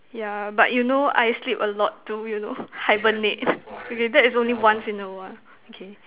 yeah but you know I sleep a lot too you know hibernate okay that is only once in a while okay